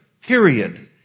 Period